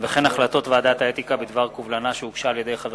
החלטות ועדת האתיקה בקובלנה שהוגשה על-ידי חבר